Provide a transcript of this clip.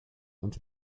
und